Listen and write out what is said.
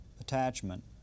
attachment